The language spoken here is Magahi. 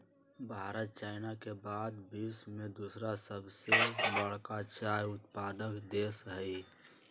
भारत चाइना के बाद विश्व में दूसरा सबसे बड़का चाय उत्पादक देश हई